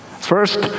First